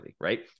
right